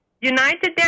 united